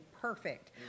perfect